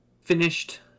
finished